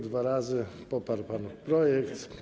Dwa razy poparł pan projekt.